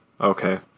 Okay